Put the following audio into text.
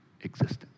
existence